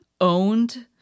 owned